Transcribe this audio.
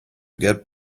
get